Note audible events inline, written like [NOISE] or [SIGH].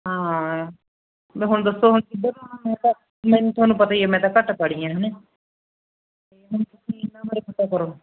ਹਾਂ ਵੀ ਹੁਣ ਦੱਸੋ ਹੁਣ ਕਿੱਧਰ ਲਾਉਣਾ [UNINTELLIGIBLE] ਤੁਹਾਨੂੰ ਪਤਾ ਹੀ ਹੈ ਮੈਂ ਤਾਂ ਘੱਟ ਪੜ੍ਹੀ ਹੈ ਹੈ ਨਾ ਹੁਣ ਤੁਸੀਂ ਇਨ੍ਹਾਂ ਬਾਰੇ ਪਤਾ ਕਰੋ